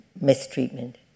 mistreatment